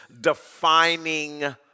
defining